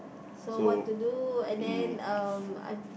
so what to do and then um I